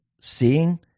seeing